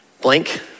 Blank